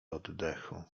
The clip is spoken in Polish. oddechu